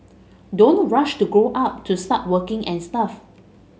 don't rush to grow up to start working and stuff